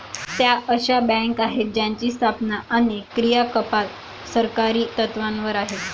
त्या अशा बँका आहेत ज्यांची स्थापना आणि क्रियाकलाप सहकारी तत्त्वावर आहेत